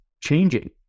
changing